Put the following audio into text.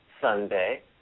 Sunday